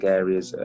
areas